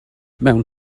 mewn